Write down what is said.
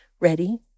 ready